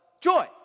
joy